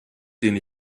den